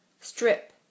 strip